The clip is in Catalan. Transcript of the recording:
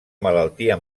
malaltia